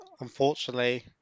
unfortunately